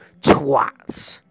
twats